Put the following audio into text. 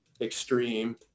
extreme